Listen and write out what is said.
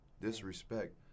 disrespect